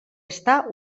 està